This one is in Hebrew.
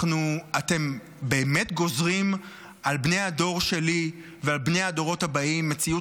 אתם באמת גוזרים על בני הדור שלי ועל בני הדורות הבאים מציאות